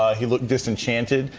he looked disenchanted.